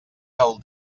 del